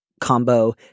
combo